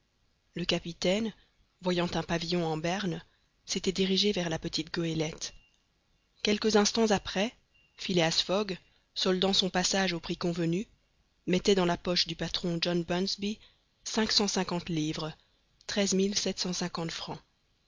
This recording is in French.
le capitaine voyant un pavillon en berne s'était dirigé vers la petite goélette quelques instants après phileas fogg soldant son passage au prix convenu mettait dans la poche du patron john bunsby cinq cent cinquante livres